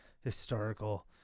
historical